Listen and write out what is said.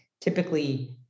typically